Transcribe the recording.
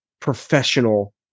professional